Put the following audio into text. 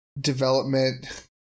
development